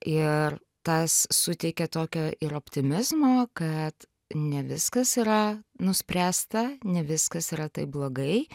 ir tas suteikia tokio ir optimizmo kad ne viskas yra nuspręsta ne viskas yra taip blogai